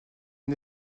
une